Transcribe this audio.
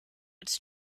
its